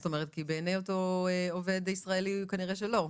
זאת אומרת, כי בעיני אותו עובד ישראלי כנראה שלא.